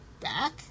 back